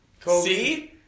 Kobe